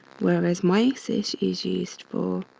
whereas meiosis is used for